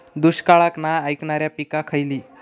दुष्काळाक नाय ऐकणार्यो पीका खयली?